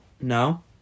No